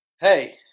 hey